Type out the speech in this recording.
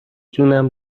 جونم